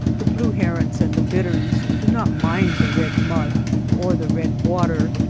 the blue herons and the bitterns do not mind the red mud or the red water,